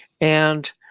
And-